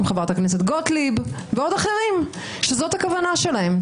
עם חברת הכנסת גוטליב ואחרים שזו כוונתם?